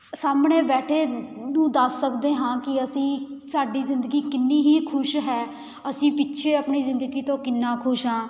ਸਾਹਮਣੇ ਬੈਠੇ ਨੂੰ ਦੱਸ ਸਕਦੇ ਹਾਂ ਕਿ ਅਸੀਂ ਸਾਡੀ ਜ਼ਿੰਦਗੀ ਕਿੰਨੀ ਹੀ ਖੁਸ਼ ਹੈ ਅਸੀਂ ਪਿੱਛੇ ਆਪਣੀ ਜ਼ਿੰਦਗੀ ਤੋਂ ਕਿੰਨਾ ਖੁਸ਼ ਹਾਂ